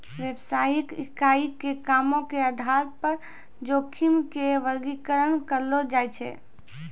व्यवसायिक इकाई के कामो के आधार पे जोखिम के वर्गीकरण करलो जाय छै